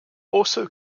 also